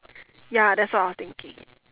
ya that's all I was thinking